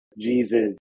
Jesus